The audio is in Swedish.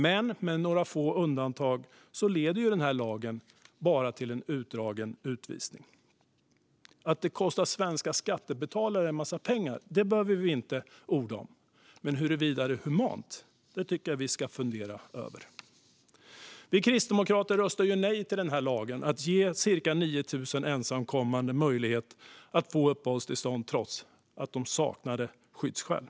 Men med några få undantag leder denna lag bara till en utdragen utvisning. Att det kostar svenska skattebetalare en massa pengar behöver vi inte orda om. Men huruvida det är humant tycker jag att vi ska fundera över. Vi kristdemokrater röstade nej till denna lag om att ge cirka 9 000 ensamkommande möjlighet att få uppehållstillstånd trots att de saknade skyddsskäl.